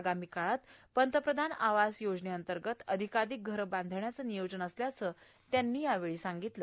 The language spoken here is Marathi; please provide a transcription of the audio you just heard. आगामी काळात पंतप्रधान आवास योजनेंतर्गत अधिकाधिक घरे बांधण्याचे नियोजन असल्याचे त्यांनी यावेछी सांगितलं